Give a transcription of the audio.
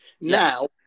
Now